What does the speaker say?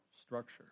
structure